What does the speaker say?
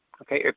okay